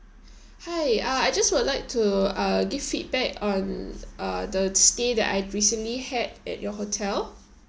hi uh I just would like to uh give feedback on uh the stay that I recently had at your hotel